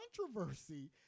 controversy